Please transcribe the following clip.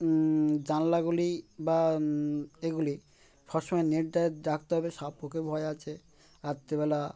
জানলাগুলি বা এগুলি সব সমময় নেট ডট রাখতে হবে সাপ পোকা ভয় আছে রাত্রিবেলা